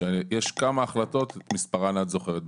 כשיש כמה החלטות שאת מספרן את זוכרת בטח,